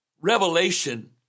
Revelation